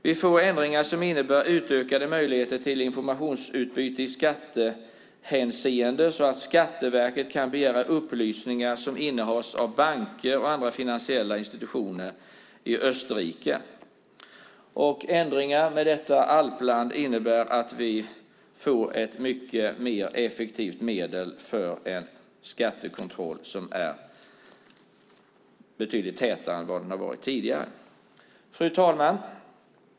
Vi får ändringar som innebär utökade möjligheter till informationsutbyte i skattehänseende så att Skatteverket kan begära upplysningar som innehas av banker och andra finansiella institutioner i Österrike. Ändringar med detta alpland innebär att vi får ett mycket mer effektivt medel för en betydligt tätare skattekontroll än tidigare. Fru talman!